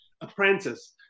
apprentice